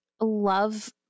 love